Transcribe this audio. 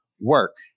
work